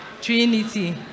trinity